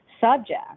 subject